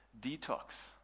Detox